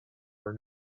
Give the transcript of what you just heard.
were